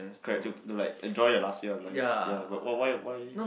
correct to to like enjoy your last year of life ya but what why why